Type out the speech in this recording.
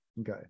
Okay